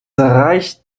reicht